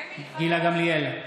גילה גמליאל,